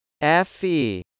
FE